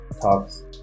talks